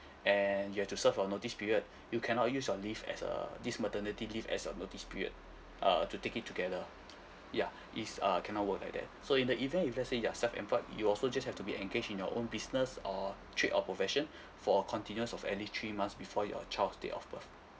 and you have to serve a notice period you cannot use your leave as err this maternity leave as your notice period uh to take it together yeah is err can not work like that so in the event if let's say you are self employed you also just have to be engaged in your own business or trade or profession for a continuous of at least three months before your child's date of birth